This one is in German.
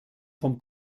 vom